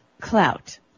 clout